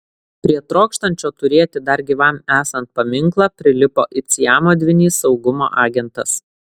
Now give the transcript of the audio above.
prie trokštančio turėti dar gyvam esant paminklą prilipo it siamo dvynys saugumo agentas